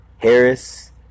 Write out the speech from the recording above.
Harris